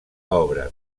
obra